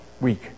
week